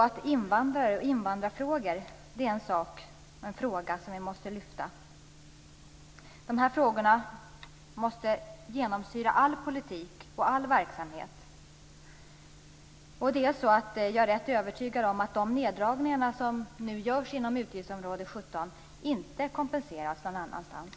Även invandrare och invandrarfrågor är något som vi måste lyfta. De här frågorna måste genomsyra all politik och all verksamhet. Jag är rätt övertygad om att de neddragningar som nu görs inom utgiftsområde 17 inte kompenseras någon annanstans.